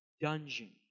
dungeon